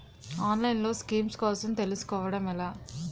ఆన్లైన్లో స్కీమ్స్ కోసం తెలుసుకోవడం ఎలా?